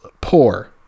Poor